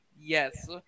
Yes